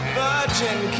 virgin